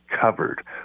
covered